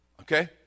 okay